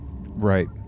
Right